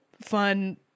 fun